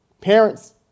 Parents